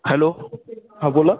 hello हां बोला